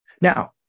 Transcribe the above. Now